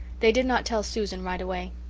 they did not tell susan right away.